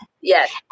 yes